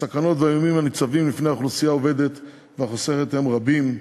הסכנות והאיומים הניצבים בפני האוכלוסייה העובדת והחוסכת הם רבים.